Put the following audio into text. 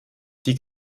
die